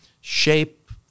shape